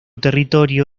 territorio